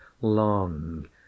long